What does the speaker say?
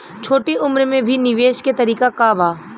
छोटी उम्र में भी निवेश के तरीका क बा?